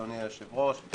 אדוני היושב-ראש.